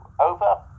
Over